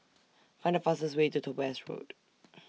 Find The fastest Way to Topaz Road